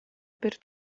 per